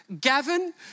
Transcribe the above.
Gavin